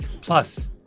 Plus